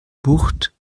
bucht